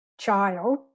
child